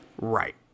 Right